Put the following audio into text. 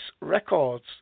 records